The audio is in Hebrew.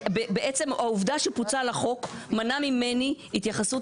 בעצם העובדה שפוצל החוק מנעה ממני התייחסות